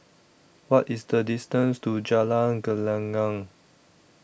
What IS The distance to Jalan Gelenggang